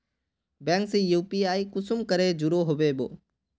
Bank से UPI कुंसम करे जुड़ो होबे बो?